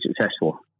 successful